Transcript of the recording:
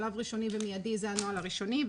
שלב ראשוני ומידי זה הנוהל הראשוני,